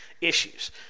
issues